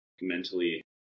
mentally